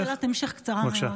שאלת המשך קצרה מאוד.